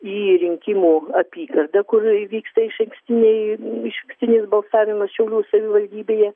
į rinkimų apygardą kur vyksta išankstiniai išankstinis balsavimas šiaulių savivaldybėje